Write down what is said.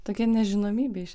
tokia nežinomybė iš